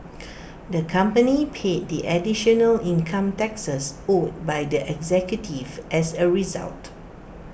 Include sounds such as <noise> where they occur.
<noise> the company paid the additional income taxes owed by the executives as A result